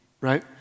right